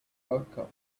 outcome